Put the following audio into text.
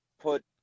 put